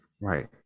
Right